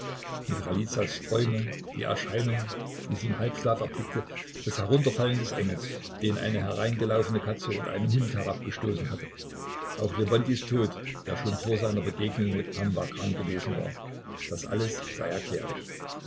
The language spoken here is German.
michailizas träume die erscheinung die sie im halbschlaf erblickte das herunterfallen des engels den eine hereingelaufene katze oder ein hund herabgestoßen hatte auch lewontijs tod der schon vor seiner begegnung mit pamwa krank gewesen war das alles sei erklärlich